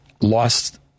lost